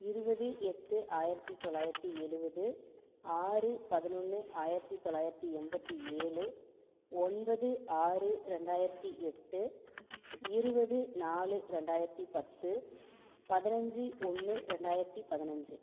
இருபது எட்டு ஆயிரத்தி தொள்ளாயிரத்தி எழுபது ஆறு பதினொன்று ஆயிரத்தி தொள்ளாயிரத்தி எண்பத்தி ஏழு ஒன்பது ஆறு ரெண்டாயிரத்தி எட்டு இருபது நாலு ரெண்டாயிரத்தி பத்து பதினைஞ்சி ஒன்று ரெண்டாயிரத்தி பதினைஞ்சி